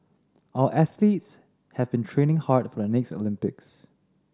our athletes have been training hard for the next Olympics